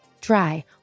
dry